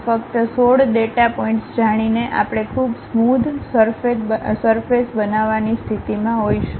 ફક્ત 16 data points જાણીને આપણે ખૂબ સ્મોધ સરફેસ બનાવવાની સ્થિતિમાં હોઈશું